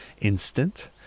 instant